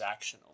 transactional